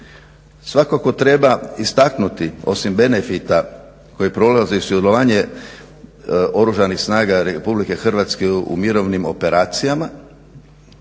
Svakako treba istaknuti osim benefita koji proizlaze i sudjelovanje Oružanih snaga RH u mirovnim operacijama